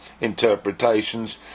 interpretations